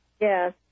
Yes